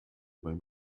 beim